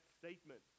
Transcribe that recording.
statement